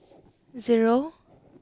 zero